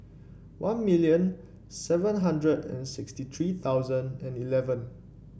one million seven hundred and sixty three thousand and eleven